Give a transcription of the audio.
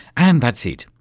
and that's it.